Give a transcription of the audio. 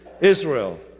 Israel